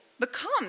become